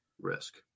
risk